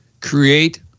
create